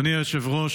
אדוני היושב-ראש,